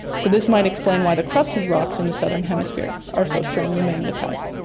so this might explain why the crustal rocks in the southern hemisphere are so strongly magnetised.